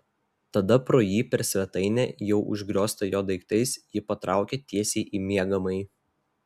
tada pro jį per svetainę jau užgrioztą jo daiktais ji patraukė tiesiai į miegamąjį